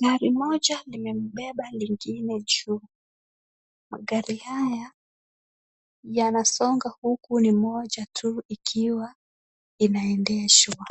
Gari moja limebeba lingine juu. Magari haya yanasonga huku ni moja tu ikiwa inaendeshwa.